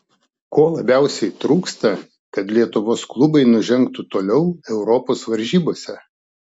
ko labiausiai trūksta kad lietuvos klubai nužengtų toliau europos varžybose